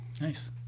Nice